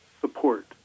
support